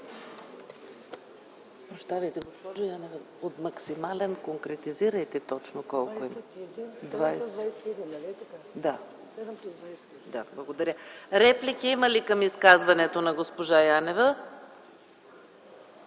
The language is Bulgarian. реплики към изказването на госпожа Янева?